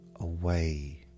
away